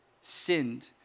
sinned